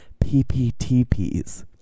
PPTPs